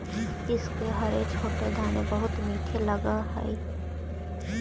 इसके हरे छोटे दाने बहुत मीठे लगअ हई